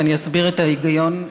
ואני אסביר את ההיגיון,